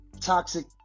toxic